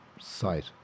site